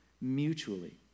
mutually